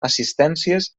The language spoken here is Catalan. assistències